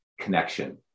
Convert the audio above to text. connection